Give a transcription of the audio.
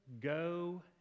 go